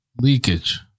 Leakage